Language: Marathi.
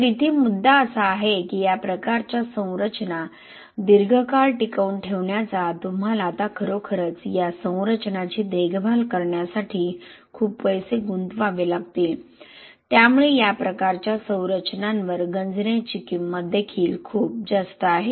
तर इथे मुद्दा असा आहे की या प्रकारच्या संरचना दीर्घकाळ टिकवून ठेवण्याचा तुम्हाला आता खरोखरच या संरचनांची देखभाल करण्यासाठी खूप पैसे गुंतवावे लागतील त्यामुळे या प्रकारच्या संरचनांवर गंजण्याची किंमत देखील खूप जास्त आहे